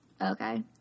okay